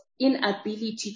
inability